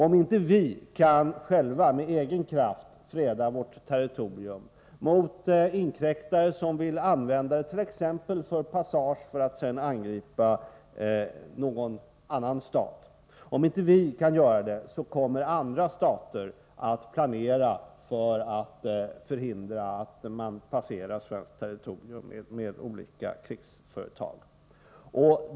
Om vi inte med egen kraft kan freda vårt territorium mot inkräktare som vill använda det t.ex. för passage vid angrepp på någon annan stat, kommer andra stater att planera för att förhindra detta.